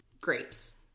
grapes